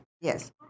yes